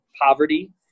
poverty